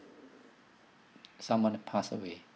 someone pass away